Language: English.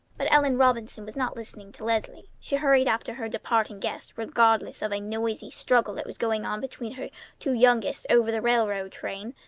but ellen robinson was not listening to leslie. she hurried after her departing guests regardless of a noisy struggle that was going on between her two youngest over the railway train,